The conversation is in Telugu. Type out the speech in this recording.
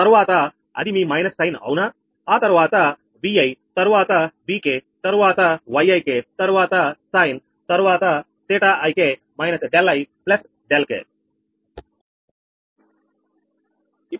తర్వాత అది మీ మైనస్ సైన్ ఆ తర్వాత Vi తరువాత Vk తరువాతYik తరువాత sin తర్వాత 𝜃𝑖𝑘 − 𝛿𝑖𝛿k